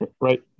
right